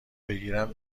بگیرم